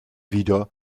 wider